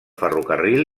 ferrocarril